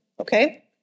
okay